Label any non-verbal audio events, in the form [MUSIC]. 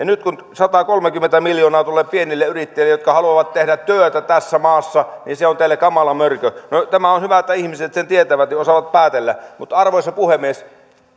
[UNINTELLIGIBLE] nyt kun satakolmekymmentä miljoonaa tulee pienille yrittäjille jotka haluavat tehdä työtä tässä maassa niin se on teille kamala mörkö on hyvä että ihmiset sen tietävät ja osaavat päätellä mutta arvoisa puhemies